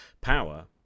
power